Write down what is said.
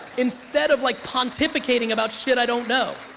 instead of like pontificating about shit i don't know.